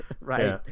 Right